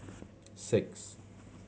six